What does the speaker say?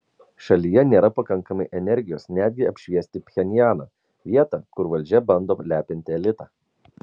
šalyje nėra pakankamai energijos netgi apšviesti pchenjaną vietą kur valdžia bando lepinti elitą